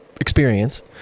experience